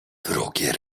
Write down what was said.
wrogie